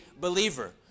believer